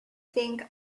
think